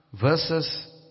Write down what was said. Verses